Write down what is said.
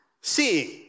seeing